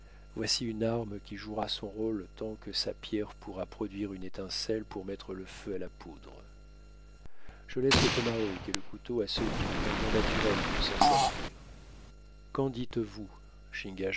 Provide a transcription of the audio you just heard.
voici une arme qui jouera son rôle tant que sa pierre pourra produire une étincelle pour mettre le feu à la poudre je laisse le tomahawk et le couteau à ceux qui ont un don naturel pour s'en servir qu'en dites-vous